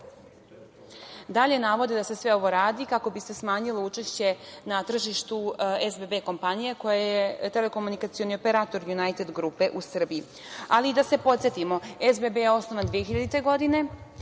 Dalje navode da se sve ovo radi kako bi se smanjilo učešće na tržištu SBB kompanija koje je telekomunikacioni operator „Junajted Grupe“ u Srbiji. Da se podsetimo, SBB je osnovan 2000. godine.